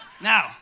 Now